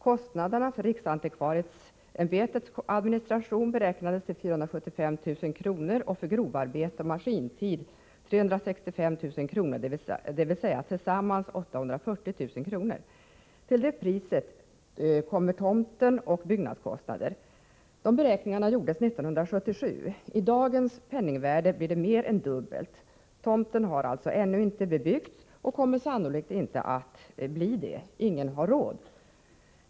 Kostnaderna för riksantikvarieämbetets administration beräknades till 475 000 kr. och för grovarbete och maskintid till 365 000 kr., dvs. tillsammans 840 000 kr. Till detta kommer priset för tomten och byggnadskostnader. Dessa beräkningar gjordes 1977. I dagens penningvärde blir kostnaden mer än dubbelt så hög. Tomten är ännu inte bebyggd och kommer sannolikt inte att bli det — ingen har råd.